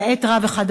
למעט רב אחד,